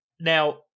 Now